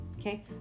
Okay